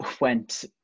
went